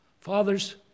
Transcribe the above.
Fathers